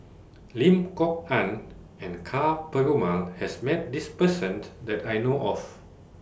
Lim Kok Ann and Ka Perumal has Met This Person that I know of